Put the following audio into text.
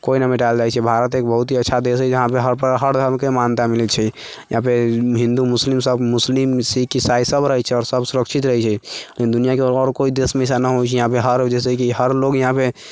कोइ न मिटायल जाइत छै भारत एक बहुत ही अच्छा देश हइ जहाँपे हर प्र हर धर्मके मान्यता मिलै छै यहाँपर हिन्दू मुस्लिमसभ मुस्लिम सिक्ख इसाइसभ रहै छै आओर सभ सुरक्षित रहै छै लेकिन दुनिआँके आओर कोइ देशमे ऐसा न होइ छै यहाँपर हर लोक जैसे कि यहाँपे